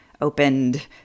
opened